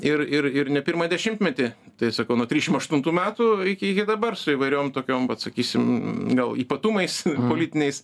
ir ir ir ne pirmą dešimtmetį tai sakau nuo trišim aštuntų metų iki iki dabar su įvairiom tokiom vat sakysim gal ypatumais politiniais